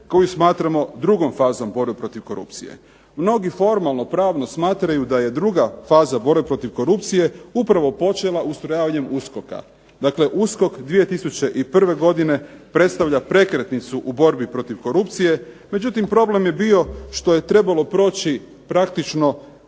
koju smatramo drugom fazom borbe protiv korupcije. Mnogi formalno pravno smatraju da je druga faza borbe protiv korupcije upravo počela ustrojavanjem USKOK-a. Dakle, USKOK 2001. godine predstavlja prekretnicu u borbi protiv korupcije, međutim problem je bio što je trebalo proći praktično